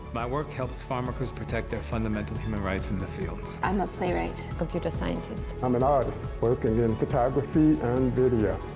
my work helps farm workers protect their fundamental human rights in the fields. i'm a play write. computer scientist. i'm an artist working in photography and video.